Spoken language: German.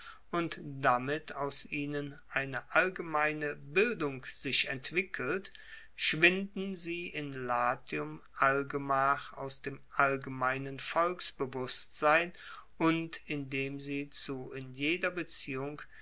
und damit aus ihnen eine allgemeine bildung sich entwickelt schwinden sie in latium allgemach aus dem allgemeinen volksbewusstsein und indem sie zu in jeder beziehung